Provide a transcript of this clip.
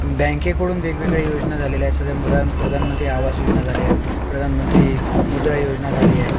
बँकेकडून वेगवेगळ्या योजना झालेल्या आहेत प्रधानमंत्री आवास योजना झाली आहे प्रधानमंत्री मुद्रा योजना झाली आहे